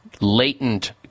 latent